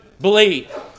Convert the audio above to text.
believe